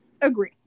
agree